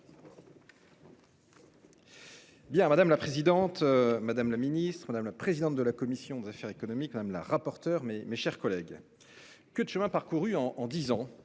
madame la présidente, madame la Ministre, madame la présidente de la commission des affaires économiques, même la rapporteure mais mes chers collègues. Que de chemin parcouru en en 10 ans.